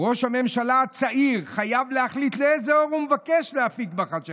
"ראש הממשלה הצעיר חייב להחליט איזה אור הוא מבקש להפיץ בחשכה".